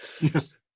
Yes